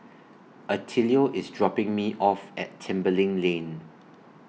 Attilio IS dropping Me off At Tembeling Lane